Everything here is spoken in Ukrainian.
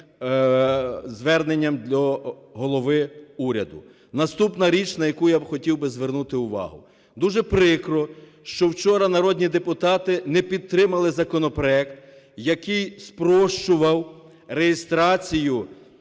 зверненням до голови уряду. Наступна річ, на яку б я хотів звернути увагу. Дуже прикро, що вчора народні депутати не підтримали законопроект, який спрощував реєстрацію